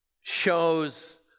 shows